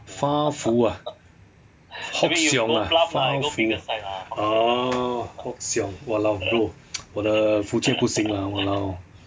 发福 ah hock siong ah 发福 ah hock siong !walao! bro 我的福建不行 lah !walao!